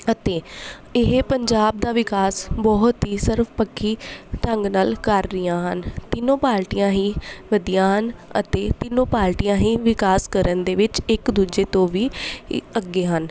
ਅਤੇ ਇਹ ਪੰਜਾਬ ਦਾ ਵਿਕਾਸ ਬਹੁਤ ਹੀ ਸਰਵ ਪੱਖੀ ਢੰਗ ਨਾਲ ਕਰ ਰਹੀਆਂ ਹਨ ਤਿੰਨੋਂ ਪਾਰਟੀਆਂ ਹੀ ਵਧੀਆ ਹਨ ਅਤੇ ਤਿੰਨੋਂ ਪਾਰਟੀਆਂ ਹੀ ਵਿਕਾਸ ਕਰਨ ਦੇ ਵਿੱਚ ਇੱਕ ਦੂਜੇ ਤੋਂ ਵੀ ਅੱਗੇ ਹਨ